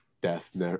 death